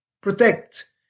protect